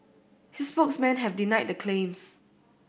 his spokesmen have denied the claims